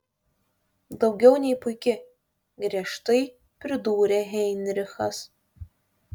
daugiau nei puiki griežtai pridūrė heinrichas